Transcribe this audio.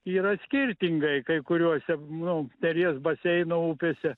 yra skirtingai kai kuriuose nu neries baseino upėse